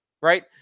right